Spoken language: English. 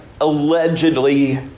allegedly